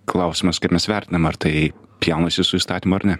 klausimas kaip mes vertinam ar tai pjaunasi su įstatymu ar ne